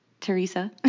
Teresa